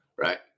Right